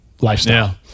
lifestyle